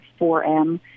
4M